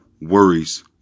worries